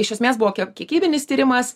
iš esmės buvo kiek kiekybinis tyrimas